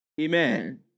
amen